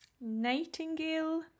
Nightingale